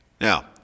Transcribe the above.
Now